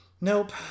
Nope